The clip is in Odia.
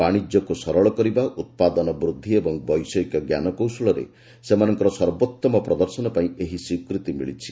ବାଣିଜ୍ୟକୁ ସରଳ କରିବା ଉତ୍ପାଦନ ବୃଦ୍ଧି ଏବଂ ବୈଷୟିକ ଜ୍ଞାନ କୌଶଳରେ ସେମାନଙ୍କର ସର୍ବୋତ୍ତମ ପ୍ରଦର୍ଶନ ପାଇଁ ଏହି ସ୍ୱୀକୃତି ମିଳିଛି